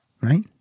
right